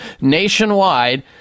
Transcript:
nationwide